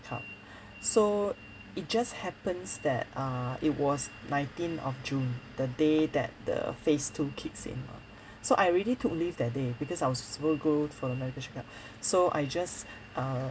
up so it just happens that err it was nineteen of june the day that the phase two kicks in lah so I already took leave that day because I was supposed to go for the medical check up so I just uh